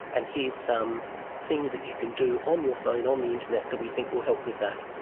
and here is some things that you can do on your phone, on the internet, that we think will help with that.